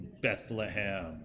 bethlehem